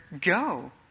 go